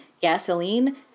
gasoline